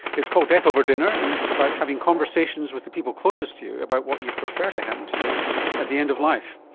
it's called death over dinner, and it's about having conversations with the people closest to you about what you'd prefer to happen to you at the end of life.